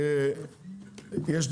אני לא יודע למה הכניסו אתכם להסכמות.